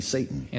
Satan